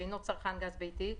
שאינו צרכן גז ביתי,